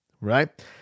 right